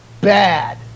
bad